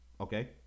okay